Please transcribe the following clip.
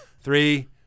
three